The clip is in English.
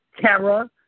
terror